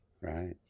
Right